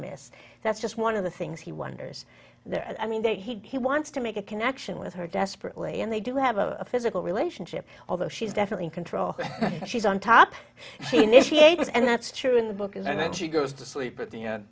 amiss that's just one of the things he wonders there and i mean that he wants to make a connection with her desperately and they do have a physical relationship although she's definitely in control she's on top she initiated and that's true in the book and then she goes to sleep